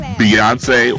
Beyonce